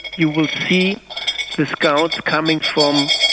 you will see the scouts coming from